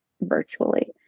virtually